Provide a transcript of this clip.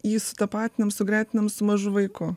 jį sutapatinam sugretinam su mažu vaiku